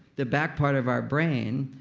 the back part of our brain,